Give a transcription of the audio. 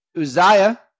Uzziah